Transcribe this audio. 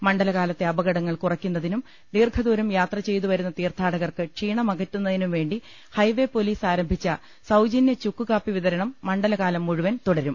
മണ്ഡല കാലത്തെ അപകടങ്ങൾ കുറക്കുന്നതിനും ദീർഘദൂരം യാത്ര ചെയ്തു വരുന്ന തീർത്ഥാടകർക്ക് ക്ഷീണമകറ്റു ന്നതിനും വേണ്ടി ഹൈവേ പോലീസ് ആരംഭിച്ച സൌജന്യ ചുക്കുകാപ്പി വിതരണം മണ്ഡലകാലം മുഴുവൻ തുടരും